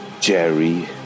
Jerry